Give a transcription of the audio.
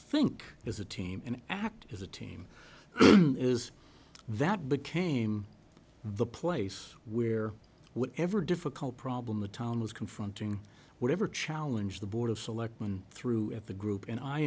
think as a team and act as a team is that became the place where whatever difficult problem the town was confronting whatever challenge the board of selectmen threw at the group and i